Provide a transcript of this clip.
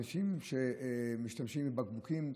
אנשים משתמשים בבקבוקים,